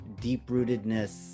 deep-rootedness